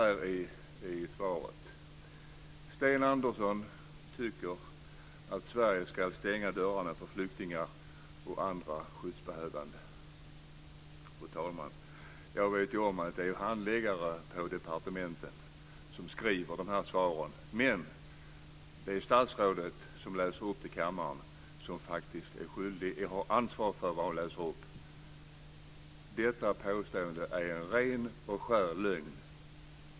Det står i svaret: Sten Andersson tycker att Sverige ska stänga dörrarna för flyktingar och andra skyddsbehövande. Fru talman! Jag vet om att det är handläggare på departementen som skriver svaren. Men det är statsrådet som läser upp det i kammaren som har ansvar för vad hon läser upp. Detta påstående är en ren och skär lögn.